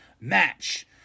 match